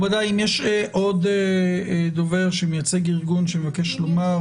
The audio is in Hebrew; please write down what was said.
האם יש עוד דובר שמייצג ארגון שמבקש לומר?